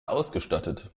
ausgestattet